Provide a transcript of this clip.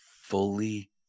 fully